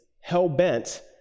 hell-bent